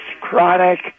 chronic